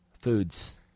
Foods